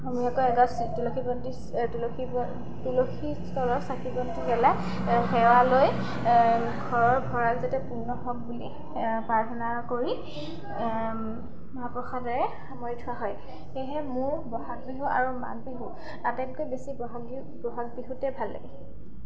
সমূহীয়াকৈ এগচ তুলসী বন্তি তুলসী তুলসী তলত চাকি ঘৰৰ ভঁৰাল যাতে পূৰ্ণ হওক বুলি প্ৰাৰ্থনা কৰি মাহ প্ৰসাদৰে সামৰি থোৱা হয় সেয়েহে মোৰ ব'হাগ বিহু আৰু মাঘ বিহু আটাইতকৈ বেছি বহাগ বিহু বহাগ বিহুতেই ভাল লাগে